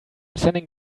sending